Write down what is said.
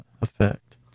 effect